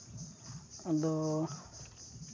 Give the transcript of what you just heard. ᱟᱫᱚ